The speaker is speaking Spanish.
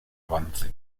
avance